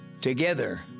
Together